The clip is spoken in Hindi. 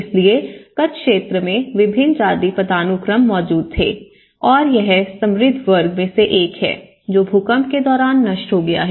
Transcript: इसलिए कच्छ क्षेत्र में विभिन्न जाति पदानुक्रम मौजूद थे और यह समृद्ध वर्ग में से एक है जो भूकंप के दौरान नष्ट हो गया है